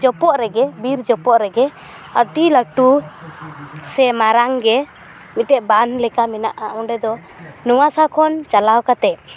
ᱡᱚᱯᱚᱜ ᱨᱮᱜᱮ ᱵᱤᱨ ᱡᱚᱯᱚᱜ ᱨᱮᱜᱮ ᱟᱹᱰᱤ ᱞᱟᱹᱴᱩ ᱥᱮ ᱢᱟᱨᱟᱝ ᱜᱮ ᱢᱤᱫᱴᱮᱡ ᱵᱟᱱ ᱞᱮᱠᱟ ᱢᱮᱱᱟᱜᱼᱟ ᱚᱸᱰᱮ ᱫᱚ ᱱᱷᱟᱣᱟ ᱥᱟᱦ ᱠᱷᱚᱱ ᱪᱟᱞᱟᱣ ᱠᱟᱛᱮᱜ